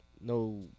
No